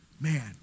man